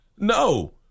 No